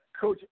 coach